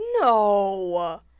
No